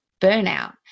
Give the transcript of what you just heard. burnout